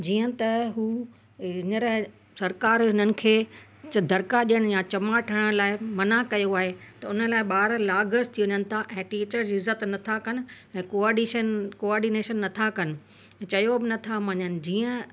जीअं त हू हींअर सरकार हिननि खे दरका ॾियणु या चमाट हणण लाइ मना कयो आहे त उन लाइ ॿार लाग़र्ज़ थी वञनि था ऐं टीचर जी इज़त नथा कनि ऐं कॉर्डीशन कॉर्डीनेशन नथा कनि चयो बि नथा मञनि जीअं